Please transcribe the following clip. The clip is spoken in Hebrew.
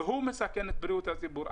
הוא מסכן את בריאות הציבור.